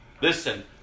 Listen